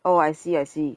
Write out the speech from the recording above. oh I see I see